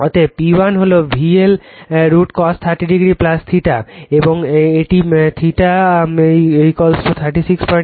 অতএব P1 VL √ cos 30o θ এবং এটি θ 3687o